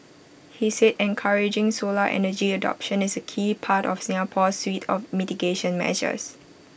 he said encouraging solar energy adoption is A key part of Singapore's suite of mitigation measures